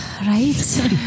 Right